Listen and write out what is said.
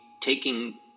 taking